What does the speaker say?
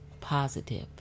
positive